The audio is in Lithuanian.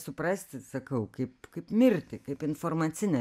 suprasti sakau kaip kaip mirtį kaip informacinę